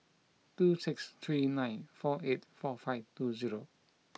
two six three nine four eight four five two zero